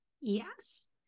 Yes